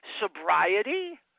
sobriety